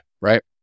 right